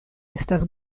estas